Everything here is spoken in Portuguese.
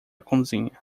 cozinha